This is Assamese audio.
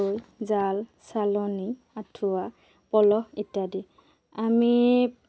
বহুতে ব্য়ৱসায় নকৰে যিহেতু এক এক দুই একজনে দুই দুই এক